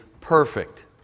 perfect